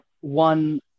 one